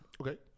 Okay